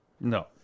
No